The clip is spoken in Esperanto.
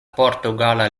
portugala